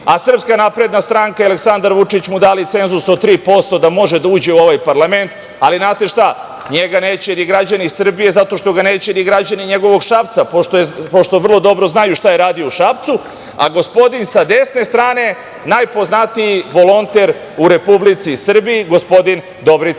u Srbiji, a SNS i Aleksandar Vučić mu dali cenzus od 3% da može da uđe u ovaj parlament. Ali, znate šta njega neće ni građani Srbije zato što ga neće ni građani njegovog Šapca pošto vrlo dobro znaju šta je radio u Šapcu, a gospodin sa desne strane, najpoznatiji volonter u Republici Srbiji gospodin Dobrica